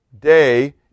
Day